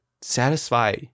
satisfy